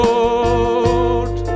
Lord